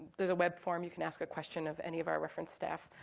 there's a web form. you can ask a question of any of our reference staff.